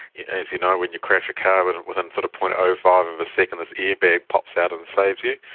as you know, when you crash a car, but within sort of zero. ah five of a second this airbag pops out and saves you,